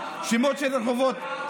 שמות של רחובות,